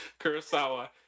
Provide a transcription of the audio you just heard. Kurosawa